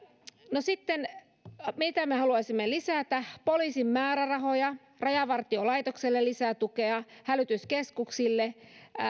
no sitten mitä me haluaisimme lisätä poliisin määrärahoja rajavartiolaitokselle ja hälytyskeskuksille